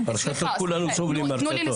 הרשתות כולנו סובלים מהרשתות.